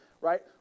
right